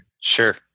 sure